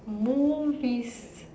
movies